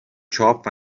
چاپ